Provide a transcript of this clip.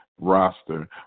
roster